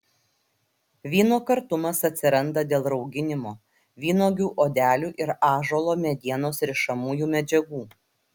vyno kartumas atsiranda dėl rauginimo vynuogių odelių ir ąžuolo medienos rišamųjų medžiagų